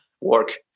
work